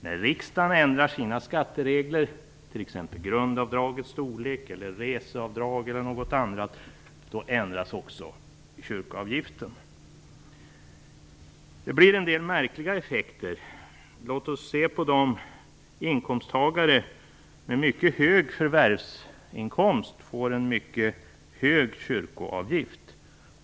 När riksdagen ändrar i skatteregler - t.ex. när det gäller grundavdragets storlek, reseavdrag eller något annat - då ändras också kyrkoavgiften. Detta för med sig en del märkliga effekter. De inkomsttagare som har en mycket hög förvärvsinkomst får då en mycket hög kyrkoavgift.